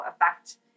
effect